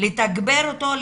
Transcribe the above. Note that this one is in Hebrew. לתגבר אותו,